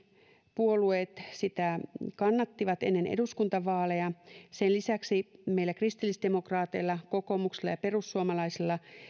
puolueet sitä kannattivat ennen eduskuntavaaleja sen lisäksi meillä kristillisdemokraateilla kokoomuksella ja perussuomalaisilla